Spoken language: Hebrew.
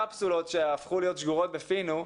הקפסולות שהפכו להיות שגורות בפינו,